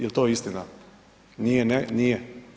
Je li to istina? ... [[Upadica se ne čuje.]] Nije?